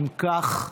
אם כך,